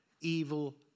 evil